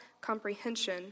comprehension